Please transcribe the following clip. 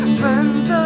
friends